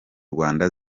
rwanda